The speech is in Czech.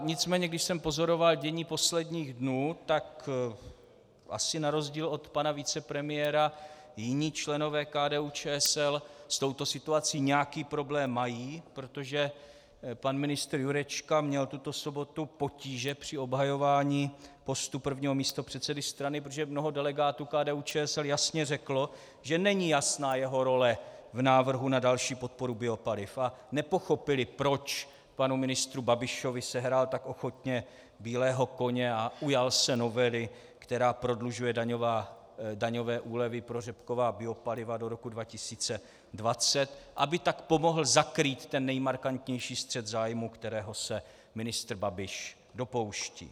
Nicméně když jsem pozoroval dění posledních dnů, tak asi na rozdíl od pana vicepremiéra jiní členové KDUČSL s touto situaci nějaký problém mají, protože pan ministr Jurečka měl tuto sobotu potíže při obhajování postu prvního místopředsedy strany, protože mnoho delegátů KDUČSL jasně řeklo, že není jasná jeho role v návrhu na další podporu biopaliv, a nepochopili, proč panu ministru Babišovi sehrál tak ochotně bílého koně a ujal se novely, která prodlužuje daňové úlevy pro řepková biopaliva do roku 2020, aby tak pomohl zakrýt ten nejmarkantnější střet zájmů, kterého se ministr Babiš dopouští.